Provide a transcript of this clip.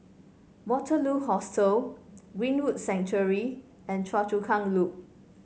Waterloo Hostel Greenwood Sanctuary and Choa Chu Kang Loop